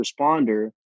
responder